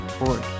org